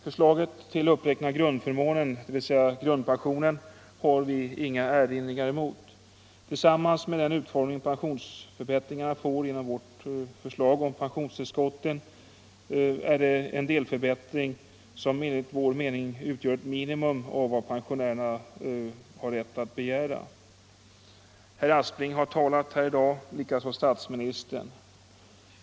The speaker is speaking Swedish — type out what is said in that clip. Förslaget till uppräkning av grundförmånen, dvs. grundpensionen, har vi inga erinringar emot. Tillsammans med den utformning pensionsförbättringarna får genom vårt förslag om pensionstillskotten är det en delförbättring, som enligt vår mening utgör ett minimum av vad pensionärerna har rätt att begära. Herr Aspling har talat här i dag, likaså statsministern.